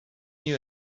you